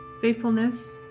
faithfulness